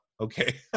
okay